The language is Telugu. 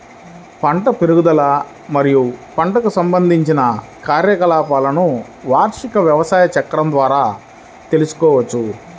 పంట పెరుగుదల మరియు పంటకు సంబంధించిన కార్యకలాపాలను వార్షిక వ్యవసాయ చక్రం ద్వారా తెల్సుకోవచ్చు